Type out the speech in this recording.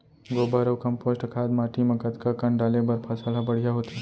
गोबर अऊ कम्पोस्ट खाद माटी म कतका कन डाले बर फसल ह बढ़िया होथे?